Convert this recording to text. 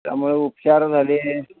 त्यामुळे उपचार झाले